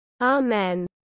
Amen